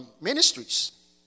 ministries